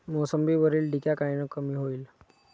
मोसंबीवरील डिक्या कायनं कमी होईल?